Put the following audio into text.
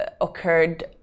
occurred